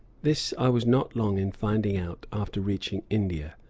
this i was not long in finding out after reaching india.